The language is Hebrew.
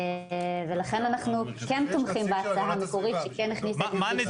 לכן אנחנו כן תומכים בהצעה המקורית שכן הכניסה את נציג שר הכלכלה.